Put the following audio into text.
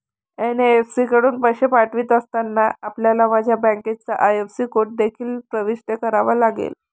NEFT कडून पैसे पाठवित असताना, आपल्याला माझ्या बँकेचा आई.एफ.एस.सी कोड देखील प्रविष्ट करावा लागेल